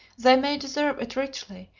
they may deserve it richly,